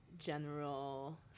General